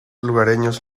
lugareños